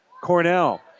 Cornell